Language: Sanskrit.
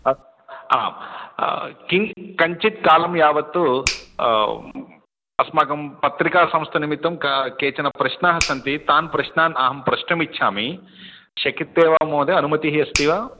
अस् आम् किं कञ्चित् कालं यावत् अस्माकं पत्रिकासंस्थानिमित्तं का केचन प्रश्नाः सन्ति तान् प्रश्नान् अहं प्रष्टुम् इच्छामि शक्यते वा महोदय अनुमतिः अस्ति वा